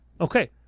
Okay